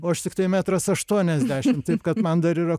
o aš tiktai metras aštuoniasdešim taip kad man dar yra